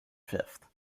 fifth